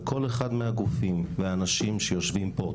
וכל אחד מהגופים והאנשים שיושבים פה,